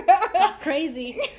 Crazy